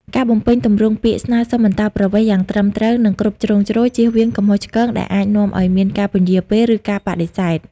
ការបំពេញទម្រង់ពាក្យស្នើសុំអន្តោប្រវេសន៍យ៉ាងត្រឹមត្រូវ និងគ្រប់ជ្រុងជ្រោយ ជៀសវាងកំហុសឆ្គងដែលអាចនាំឱ្យមានការពន្យារពេល ឬការបដិសេធ។